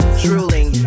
drooling